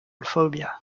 phobia